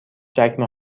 چکمه